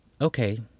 Okay